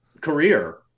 career